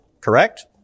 correct